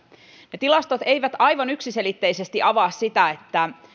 ne tilastot eivät aivan yksiselitteisesti avaa sitä